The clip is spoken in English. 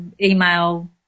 email